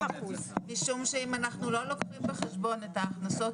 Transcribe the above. משום שאם אנחנו לא לוקחים בחשבון את ההכנסות